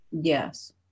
yes